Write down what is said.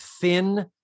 thin